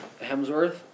Hemsworth